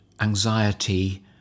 anxiety